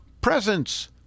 presents